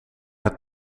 het